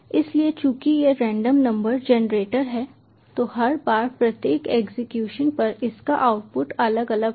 इसलिए चूंकि यह रेंडम नंबर जेनरेटर है तो हर बार प्रत्येक एग्जीक्यूशन पर इसका आउटपुट अलग अलग होगा